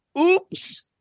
Oops